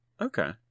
okay